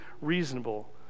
reasonable